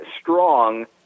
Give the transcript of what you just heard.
strong